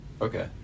Okay